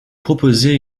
proposez